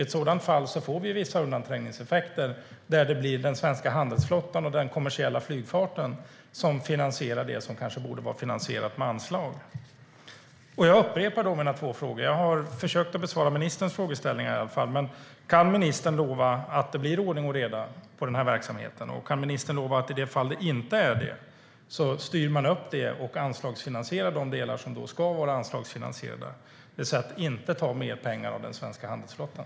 I ett sådant fall får vi vissa undanträngningseffekter, där det blir den svenska handelsflottan och den kommersiella flygfarten som finansierar sådant som kanske borde vara finansierat med anslag. Jag upprepar mina två frågor. Jag har försökt att besvara ministerns frågeställningar. Kan ministern lova att det blir ordning och reda på den här verksamheten? Kan ministern lova att i det fall det inte är det styr man upp det och anslagsfinansierar de delar som ska vara anslagsfinansierade, det vill säga att man inte tar mer pengar av den svenska handelsflottan?